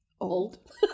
old